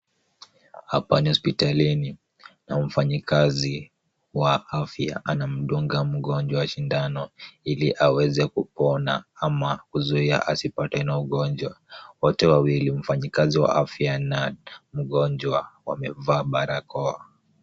Hapa ni, hospitalini na mfanyakazi wa afya anamdunga mgonjwa shindano ili aweze kupona ama kuzuia asipate na ugonjwa. Wote wawili, mfanyakazi wa afya na mgonjwa wamevaa barakoa.